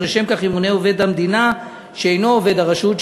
ולשם כך ימונה עובד המדינה שאינו עובד הרשות,